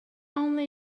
only